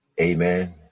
Amen